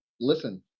Listen